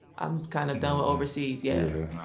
i'm kind of done with overseas, yeah.